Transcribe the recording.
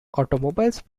automobiles